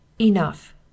Enough